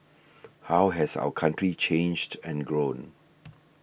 how has our country changed and grown